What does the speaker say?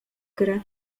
grę